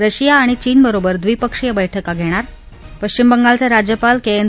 Russia आणि चीनबरोबर द्विपक्षीय बैठका घणिर पश्चिम बंगालचऱिज्यपाल क एन